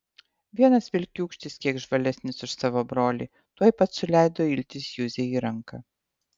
vienas vilkiūkštis kiek žvalesnis už savo brolį tuoj pat suleido iltis juzei į ranką